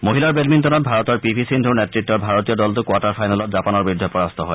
মহিলাৰ বেডমিণ্টনত ভাৰতৰ পি ভি সিন্ধুৰ নেতৃত্বৰ ভাৰতীয় দলটো কোৱাৰ্টাৰ ফাইনেলত জাপানৰ বিৰুদ্ধে পৰাস্ত হয়